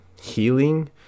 healing